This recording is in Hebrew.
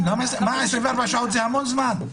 24 שעות זה המון זמן.